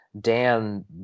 Dan